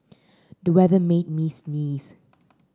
the weather made me sneeze